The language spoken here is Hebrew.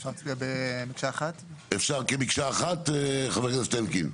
אפשר במקשה אחת חבר הכנסת אלקין?